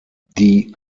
die